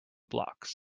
blocks